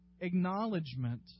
acknowledgement